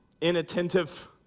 inattentive